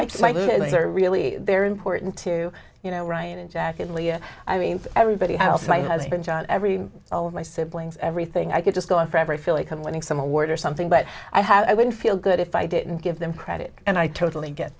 they're really they're important to you know ryan and jack and leah i mean everybody else my husband john every all of my siblings everything i could just go on forever i feel like i'm winning some award or something but i have i wouldn't feel good if i didn't give them credit and i totally get